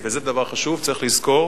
וזה דבר חשוב, צריך לזכור